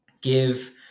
give